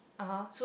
(uh huh)